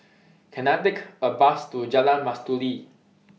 Can I Take A Bus to Jalan Mastuli